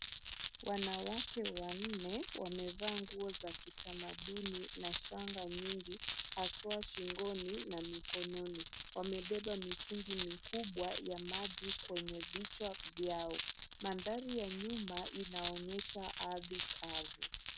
Wanawake wanne wamevaa nguo za kitamaduni na shanga nyingi, haswa shingoni na mikononi. Wamebeba mitungi mikubwa ya maji kwenye vichwa vyao. Mandhari ya nyuma inaonyesha ardhi kavu.